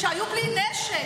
שהיו בלי נשק.